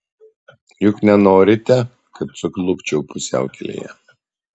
juk nenorite kad sukniubčiau pusiaukelėje